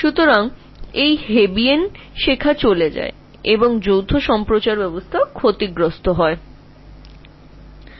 সুতরাং এই পুরো Hebbian শিক্ষাটা হচ্ছে যেখানে নেটওয়ার্কটি ক্ষতিগ্রস্থ হচ্ছে